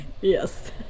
Yes